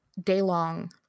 day-long